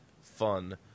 fun